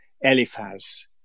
Eliphaz